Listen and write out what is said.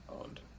owned